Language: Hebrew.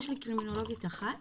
יש לי קרימינולוגית אחת